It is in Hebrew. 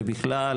ובכלל,